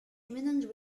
imminent